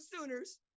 Sooners